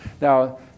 Now